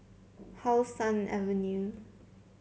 How Sun Avenue